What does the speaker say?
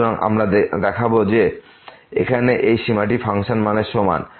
সুতরাং আমরা দেখাব যে এখানে এই সীমাটি ফাংশন মানের সমান